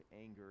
anger